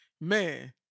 man